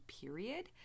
period